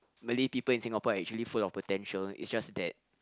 Malay people in Singapore are actually full of potential it's just that